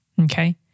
okay